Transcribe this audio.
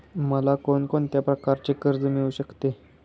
मला कोण कोणत्या प्रकारचे कर्ज मिळू शकते?